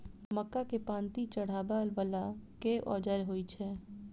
मक्का केँ पांति चढ़ाबा वला केँ औजार होइ छैय?